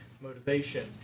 motivation